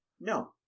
No